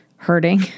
Hurting